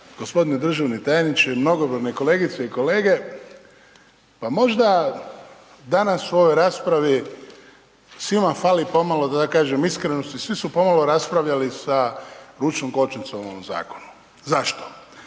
Gospodine državni tajniče, mnogobrojne kolegice i kolege. Možda danas u ovoj raspravi, svima fali pomalo, da tako kažem iskrenosti, svi su pomalo raspravljali sa ručnom kočnicom o ovom zakonu. Zašto?